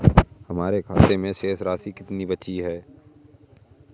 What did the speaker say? हमारे खाते में शेष राशि कितनी बची है?